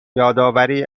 یادآوری